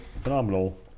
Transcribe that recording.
Phenomenal